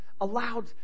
allowed